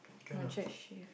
one shot shave